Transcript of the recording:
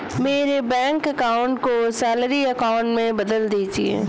मेरे bank account को salary account में बदल दीजिए